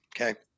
okay